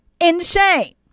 insane